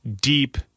deep